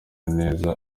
neza